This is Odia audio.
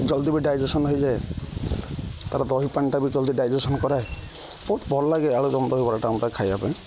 ଜଲ୍ଦି ବି ଡାଇଜେସନ୍ ହେଇଯାଏ ତା'ର ଦହି ପାଣିଟା ବି ଜଲ୍ଦି ଡାଇଜେସନ୍ କରାଏ ବହୁତ ଭଲ ଲାଗେ ଆଳୁଦମ ଦହିିବରାଟା ମୋତେ ଖାଇବା ପାଇଁ